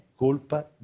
colpa